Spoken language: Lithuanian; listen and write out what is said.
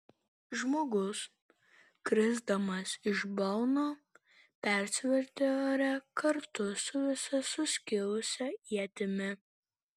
žmogus krisdamas iš balno persivertė ore kartu su visa suskilusia ietimi